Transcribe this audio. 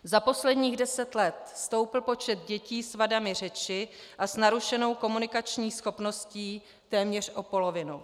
Za posledních deset let stoupl počet dětí s vadami řeči a s narušenou komunikačních schopností téměř o polovinu.